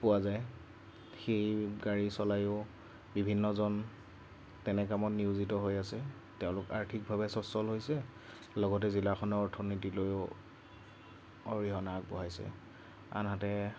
পোৱা যায় সেই গাড়ী চলায়ো বিভিন্নজন তেনে কামত নিয়োজিত হৈ আছে তেওঁলোক আৰ্থিকভাৱে স্বচ্ছল হৈছে লগতে জিলাখনৰ অৰ্থনীতিলৈয়ো অৰিহণা আগবঢ়াইছে আনহাতে